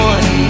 One